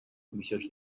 comissions